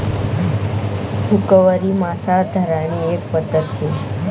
हुकवरी मासा धरानी एक पध्दत शे